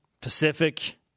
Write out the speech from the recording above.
Pacific